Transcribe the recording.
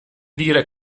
dire